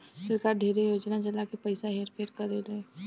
सरकार ढेरे योजना चला के पइसा हेर फेर करेले